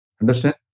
Understand